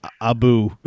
Abu